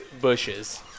bushes